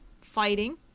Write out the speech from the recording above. fighting